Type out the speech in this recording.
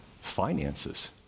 finances